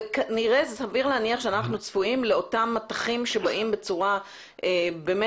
וסביר להניח שאנחנו צפויים לאותם מטחים שבאים בצורה מהירה,